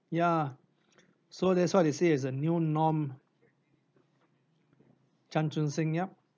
ya so that's why they said it's a new norm chan chun sing yup